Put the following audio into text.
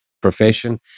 profession